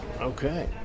Okay